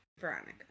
Veronica